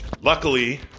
Luckily